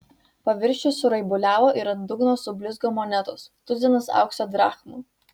paviršius suraibuliavo ir ant dugno sublizgo monetos tuzinas aukso drachmų